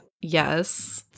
yes